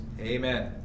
Amen